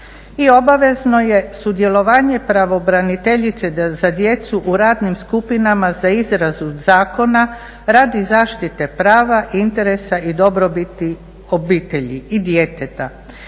obavezno je sudjelovanje pravobraniteljice za djecu u radnim skupinama za izradu zakona radi zaštite prava, interesa i dobrobiti obitelji i djeteta.